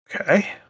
Okay